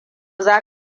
za